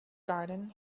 garden